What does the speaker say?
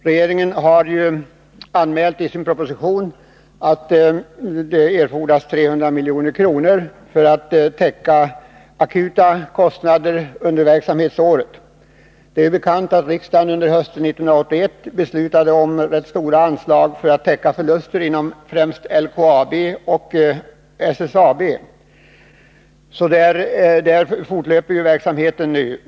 Regeringen har i sin proposition anmält att det erfordras 300 milj.kr. för att täcka akuta kostnader i Statsföretag under verksamhetsåret. Det är bekant att riksdagen under hösten 1981 beslutade om rätt stora anslag för att täcka förluster inom främst LKAB och SSAB, och där fortlöper nu verksamheten.